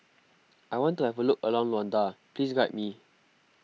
I want to have a look around Luanda please guide me